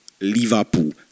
Liverpool